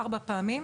ארבע פעמים,